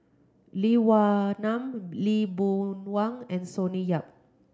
Lee Wa Nam Lee Boon Wang and Sonny Yap